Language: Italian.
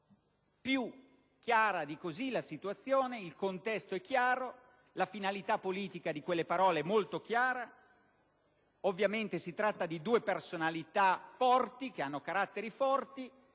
più chiara di così: il contesto è chiaro e la finalità politica di quelle parole è molto chiara. Ovviamente si tratta di due personalità forti, che hanno caratteri forti,